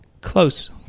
close